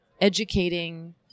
educating